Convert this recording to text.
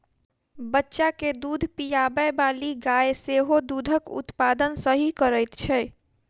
बच्चा के दूध पिआबैबाली गाय सेहो दूधक उत्पादन सही करैत छै